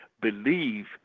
believe